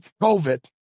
COVID